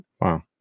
Wow